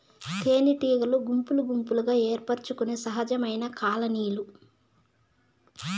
తేనెటీగలు గుంపులు గుంపులుగా ఏర్పరచుకొనే సహజమైన కాలనీలు